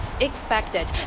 expected